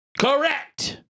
Correct